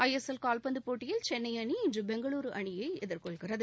ஐ S L காவ்பந்து போட்டியில் சென்னை அணி இன்று பெங்களூரு அணியை எதிா்கொள்கிறது